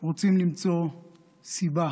רוצים למצוא סיבה